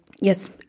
yes